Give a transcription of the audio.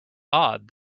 odd